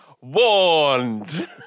warned